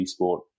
esport